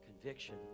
Conviction